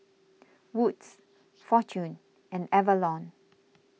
Wood's fortune and Avalon